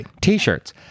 t-shirts